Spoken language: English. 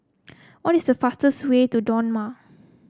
what is the fastest way to Dodoma